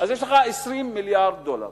אז יש לך 20 מיליארד דולר.